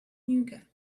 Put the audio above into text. nougat